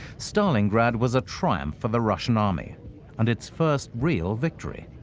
stalingrad was a triumph for the russian army and its first real victory.